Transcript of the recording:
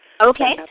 Okay